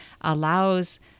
allows